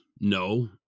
No